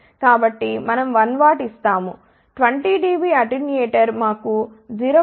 కాబట్టి మనం 1 W ఇస్తాము 20 dB అటెన్యూయేటర్ మాకు 0